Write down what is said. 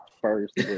first